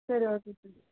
சரி okay sir